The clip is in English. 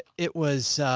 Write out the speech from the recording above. it was,